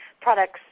products